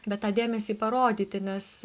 bet tą dėmesį parodyti nes